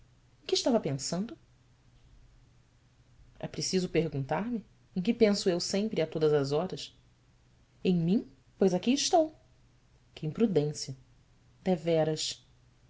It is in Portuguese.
que estava pensando preciso perguntar-me em que penso eu sempre e a todas as horas m mim pois aqui estou ue imprudência everas